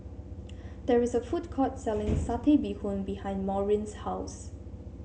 there is a food court selling Satay Bee Hoon behind Maureen's house